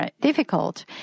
difficult